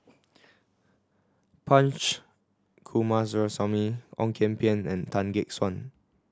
Punch Coomaraswamy Ong Kian Peng and Tan Gek Suan